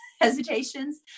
hesitations